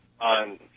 on